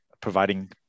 providing